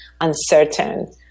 uncertain